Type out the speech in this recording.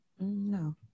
no